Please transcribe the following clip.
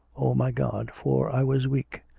o my god, for i was weak!